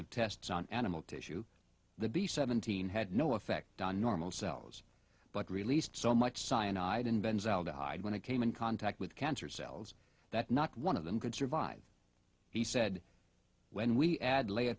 of tests on animal tissue the b seventeen had no effect on normal cells but released so much cyanide in ben's aldehyde when it came in contact with cancer cells that not one of them could survive he said when we add lay